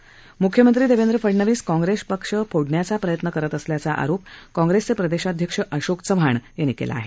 म्ख्यमंत्री देवेंद्र फडणवीस काँग्रेस पक्ष फोडण्याचा प्रयत्न करीत असल्याचा आरोप काँग्रेस प्रदेशाध्यक्ष अशोक चव्हाण यांनी केला आहे